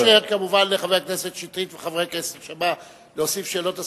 אני מאפשר כמובן לחבר הכנסת שטרית ולחבר הכנסת שאמה להוסיף שאלות.